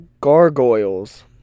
Gargoyles